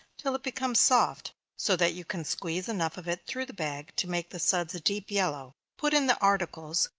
till it becomes soft, so that you can squeeze enough of it through the bag to make the suds a deep yellow put in the articles,